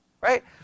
right